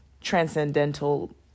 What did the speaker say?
transcendental